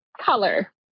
color